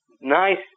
Nice